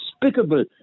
despicable